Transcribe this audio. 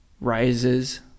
rises